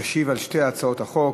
ישיב על שתי הצעות החוק